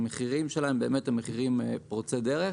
המחירים שלהם הם מחירים פורצי דרך,